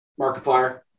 Markiplier